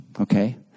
Okay